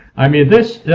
i mean this.